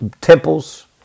temples